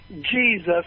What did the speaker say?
Jesus